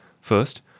First